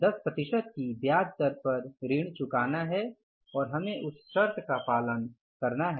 10 प्रतिशत की ब्याज दर पर ऋण चुकाना है और हमे उस शर्त का पालन करना है